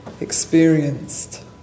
experienced